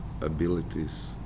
abilities